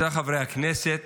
אלה חברי הכנסת